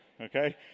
Okay